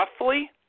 roughly